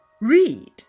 read